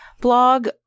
blog